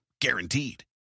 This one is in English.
Guaranteed